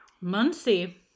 Muncie